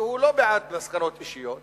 שהוא לא בעד מסקנות אישיות.